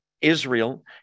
Israel